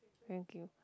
thank you